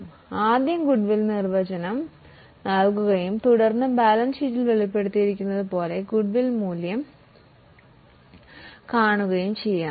അതിനാൽ ആദ്യം ഗുഡ്വിൽ നിർവചനം നൽകുകയും തുടർന്ന് ബാലൻസ് ഷീറ്റിൽ വെളിപ്പെടുത്തിയിരിക്കുന്നതുപോലെ ഗുഡ്വിൽന്റെ മൂല്യം കാണുകയും ചെയ്യാം